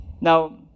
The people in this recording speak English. Now